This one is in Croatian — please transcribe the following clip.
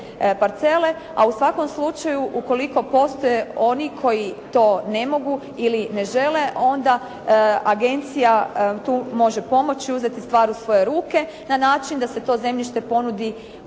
A u svakom slučaju ukoliko postoje oni koji to ne mogu ili ne žele, onda agencija tu može pomoći, uzeti stvar u svoje ruke na način da se to zemljište ponudi u